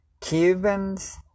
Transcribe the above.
Cubans